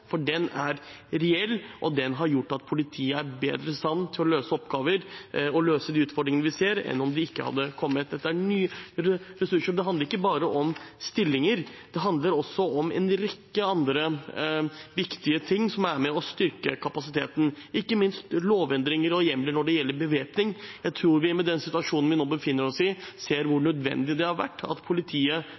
for den er reell, og den har gjort at politiet er bedre i stand til å løse oppgavene og de utfordringene vi ser, enn om de ikke hadde kommet. Dette er nye ressurser. Det handler ikke bare om stillinger, det handler også om en rekke andre viktige ting som er med på å styrke kapasiteten, ikke minst lovendringer og hjemler når det gjelder bevæpning. Jeg tror vi i den situasjonen vi nå befinner oss i, ser hvor nødvendig det har vært at politiet,